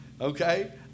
okay